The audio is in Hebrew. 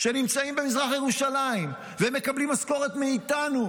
שנמצאים במזרח ירושלים ומקבלים משכורת מאיתנו